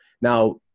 Now